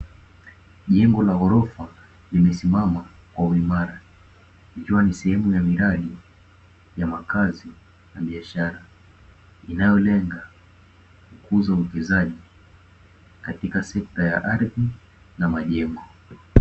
Jengo la ghorofa limesimama kwa uimara, ikiwa ni sehemu ya miradi ya makazi na biashara. Inayolenga kukuza uwekezaji katika sekta ya ardhi na majengo.